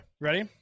Ready